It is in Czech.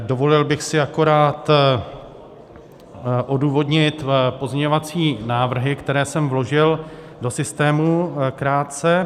Dovolil bych si akorát odůvodnit pozměňovací návrhy, které jsem vložil do systému krátce.